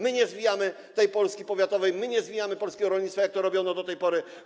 My nie zwijamy Polski powiatowej, nie zwijamy polskiego rolnictwa, jak to robiono do tej pory.